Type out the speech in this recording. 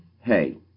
hey